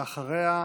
ואחריה,